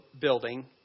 building